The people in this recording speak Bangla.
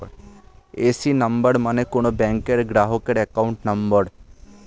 এ.সি নাম্বার মানে কোন ব্যাংকের গ্রাহকের অ্যাকাউন্ট নম্বর